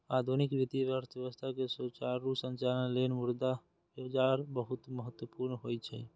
आधुनिक वित्तीय अर्थव्यवस्था के सुचारू संचालन लेल मुद्रा बाजार बहुत महत्वपूर्ण होइ छै